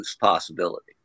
possibility